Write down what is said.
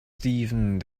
steven